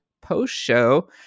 post-show